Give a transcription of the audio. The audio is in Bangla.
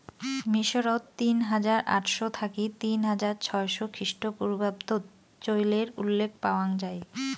মিশরত তিন হাজার আটশ থাকি তিন হাজার ছয়শ খ্রিস্টপূর্বাব্দত চইলের উল্লেখ পাওয়াং যাই